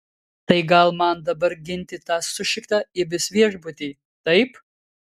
tai gal man dabar ginti tą sušiktą ibis viešbutį taip